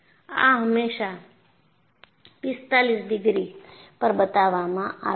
આ હંમેશા 45 ડિગ્રી પર બતાવવામાં આવે છે